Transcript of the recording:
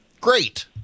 great